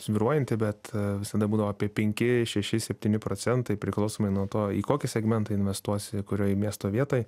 svyruojanti a bet visada būdavo apie penki šeši septyni procentai priklausomai nuo to į kokį segmentą investuosi kurioj miesto vietoj